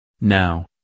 now